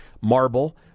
Marble